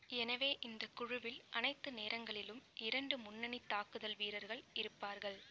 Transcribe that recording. எனவே இந்தக் குழுவில் அனைத்து நேரங்களிலும் இரண்டு முன்னணி தாக்குதல் வீரர்கள் இருப்பார்கள்